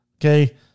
Okay